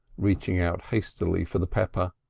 reaching out hastily for the pepper.